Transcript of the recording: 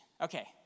Okay